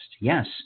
Yes